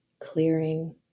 clearing